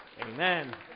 Amen